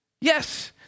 yes